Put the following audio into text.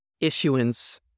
issuance